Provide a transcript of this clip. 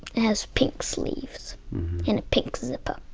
has pink sleeves and a pink zipper.